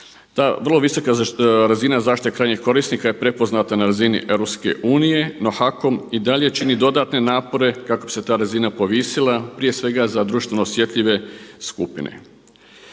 Ta vrlo visoka razina zaštite krajnjeg korisnika je prepoznata na razini EU, no HAKOM i dalje čini dodatne napore kako bi se ta razina povisila prije svega za društveno osjetljive skupine.